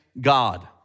God